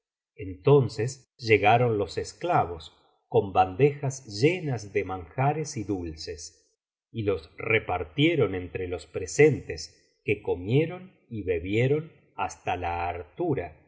entonces llegaron los esclavos con bandejas llenas de manjares y dulces y los repartieron entre los presentes que comieron y bebieron hasta la hartura